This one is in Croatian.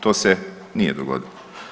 To se nije dogodilo.